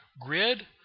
Grid